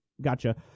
Gotcha